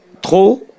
trop